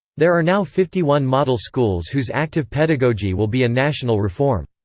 there are now fifty one model schools whose active pedagogy will be a national reform.